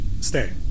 Stay